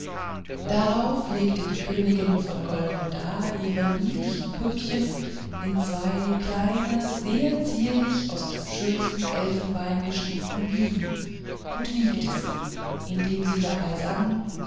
darauf legte die königin von golkonda ihre niedlichen püppchen in zwei kleine sehr zierlich aus dem schönsten elfenbein geschnitzte wiegen und wiegte sie indem sie dabei sang